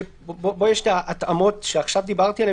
שבו יש את ההתאמות עליהן דיברתי עכשיו.